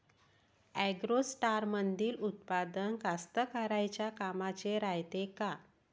ॲग्रोस्टारमंदील उत्पादन कास्तकाराइच्या कामाचे रायते का?